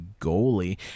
goalie